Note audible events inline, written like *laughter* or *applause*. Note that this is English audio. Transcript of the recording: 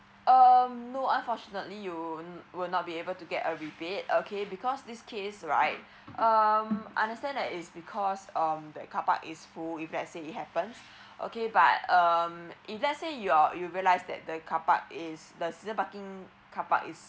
um no unfortunately you will not be able to get a rebate okay because this case right *breath* um understand that is because um that carpark is full if lets say it happens *breath* okay but um if let's say your you realise that the carpark is the season parking carpark is